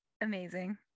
amazing